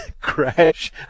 crash